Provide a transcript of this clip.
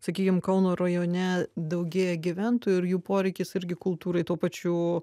sakykim kauno rajone daugėja gyventojų ir jų poreikis irgi kultūrai tuo pačiu